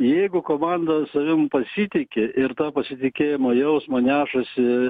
jeigu komanda savim pasitiki ir pasitikėjimo jausmą nešasi